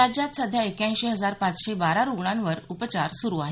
राज्यात सध्या एक्याऐंशी हजार पाचशे बारा रुग्णांवर उपचार सुरू आहेत